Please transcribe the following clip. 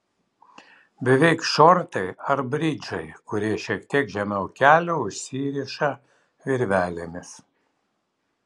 beveik šortai ar bridžai kurie šiek tiek žemiau kelių užsiriša virvelėmis